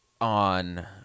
on